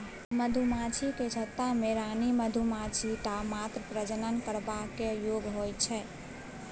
मधुमाछीक छत्ता मे रानी मधुमाछी टा मात्र प्रजनन करबाक योग्य होइ छै